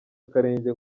akarenge